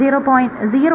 001 0